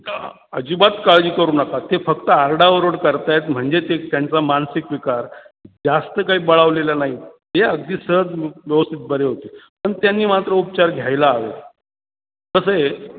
का अजिबात काळजी करू नका ते फक्त अरडाओरड करत आहेत म्हणजे ते त्यांचा मानसिक विकार जास्त काही बळावलेला नाही हे अगदी सहज व्यवस्थित बरे होतील पण त्यांनी मात्र उपचार घ्यायला हवे तसे